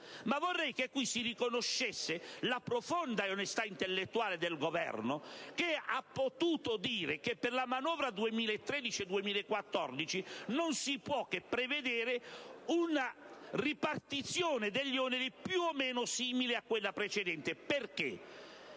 Ma vorrei che in questa sede si riconoscesse la profonda onestà intellettuale del Governo che ha potuto dire che, per la manovra 2013-2014, non si può che prevedere una ripartizione degli oneri più o meno simile a quella precedente. Perché?